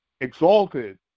exalted